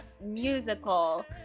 musical